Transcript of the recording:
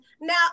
Now